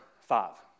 five